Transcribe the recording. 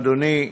אדוני,